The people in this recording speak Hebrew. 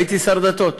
הייתי שר הדתות,